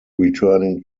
returning